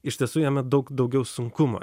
iš tiesų jame daug daugiau sunkumo